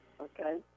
Okay